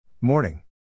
Morning